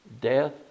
death